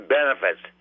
benefits